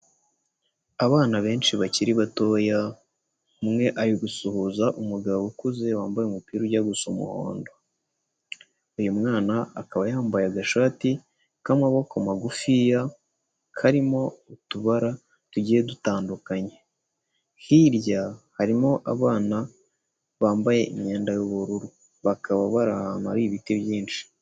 Abana benshi bakiri batoya umwe ari gusuhuza umugabo ukuze wambaye umupira ujya gusa umuhondo, uyu mwana akaba yambaye agashati k'amaboko magufiya karimo utubara tugiye dutandukanye, hirya harimo abana bambaye imyenda y'ubururu bakaba bari ahantu hari ibiti byinshi.